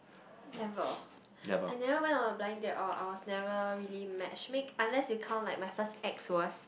never I never went on a blind date or I was never really matchmake unless you count like my first ex was